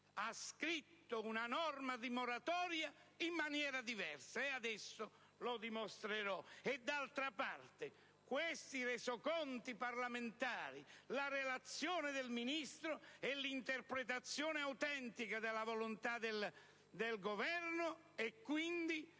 Ha scritto una norma di moratoria in maniera diversa, come adesso dimostrerò. D'altra parte, con i Resoconti parlamentari, con la relazione del Ministro e con l'interpretazione autentica della volontà del Governo, la